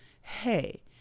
hey